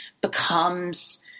becomes